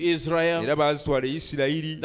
Israel